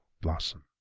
blossom